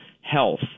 Health